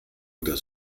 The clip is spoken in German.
oder